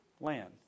land